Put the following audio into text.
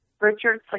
Richard